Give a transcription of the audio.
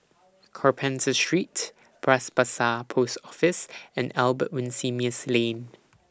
Carpenter Street Bras Basah Post Office and Albert Winsemius Lane